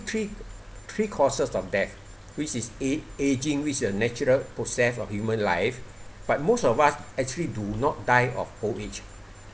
three three causes of death which is a~ ageing which is natural process of human life but most of us actually do not die of old age